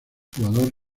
jugador